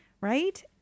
right